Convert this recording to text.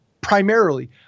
primarily